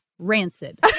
rancid